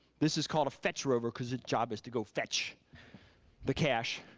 this is called a fetch rover because it's job is to go fetch the catche,